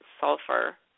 sulfur